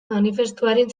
manifestuaren